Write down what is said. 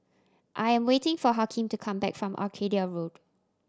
I am waiting for Hakeem to come back from Arcadia Road